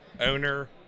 Owner